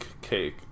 cake